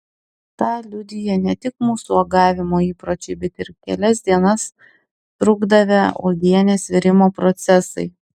tą liudija ne tik mūsų uogavimo įpročiai bet ir kelias dienas trukdavę uogienės virimo procesai